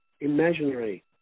imaginary